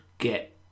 get